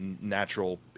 natural